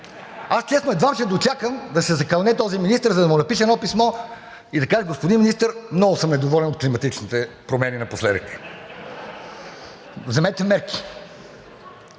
Аз, честно, едвам ще дочакам да се закълне този министър, за да му напиша едно писмо и да кажа: господин Министър, много съм недоволен от климатичните промени напоследък. Вземете мерки!